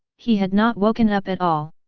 he had not woken up at all.